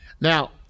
Now